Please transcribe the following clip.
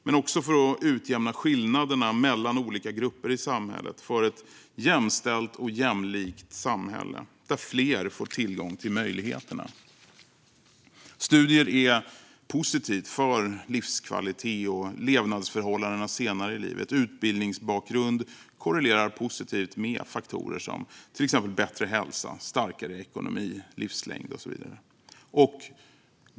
Det är också viktigt för att utjämna skillnaderna mellan olika grupper i samhället, för ett jämställt och jämlikt samhälle där fler får tillgång till möjligheterna. Studier är positiva för livskvalitet och levnadsförhållanden senare i livet. Utbildningsbakgrund korrelerar positivt med faktorer som till exempel bättre hälsa, starkare ekonomi, livslängd och så vidare.